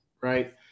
right